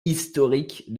historique